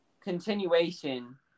continuation